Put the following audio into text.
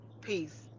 Peace